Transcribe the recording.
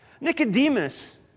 Nicodemus